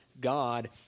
God